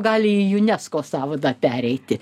gali į unesco sąvadą pereiti